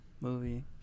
Movie